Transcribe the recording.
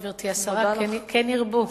גברתי השרה" כן ירבו.